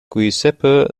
giuseppe